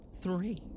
three